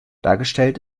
dargestellt